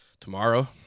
tomorrow